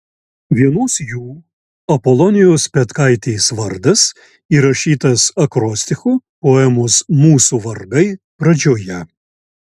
vienos jų apolonijos petkaitės vardas įrašytas akrostichu poemos mūsų vargai pradžioje